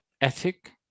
ethic